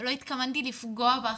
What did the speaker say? לא התכוונתי לפגוע בך.